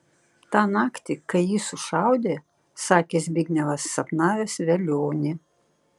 tą naktį kai jį sušaudė sakė zbignevas sapnavęs velionį